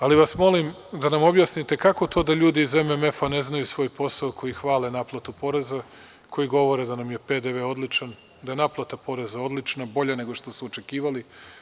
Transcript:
Molim vas da nam objasnite kako to da ljudi iz MMF ne znaju svoj posao, koji hvale naplatu poreza, koji govore da nam je PDV odličan, da je naplata poreza odlična, bolja nego što su očekivali?